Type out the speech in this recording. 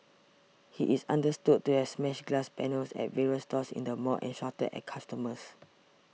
he is understood to have smashed glass panels at various stores in the mall and shouted at customers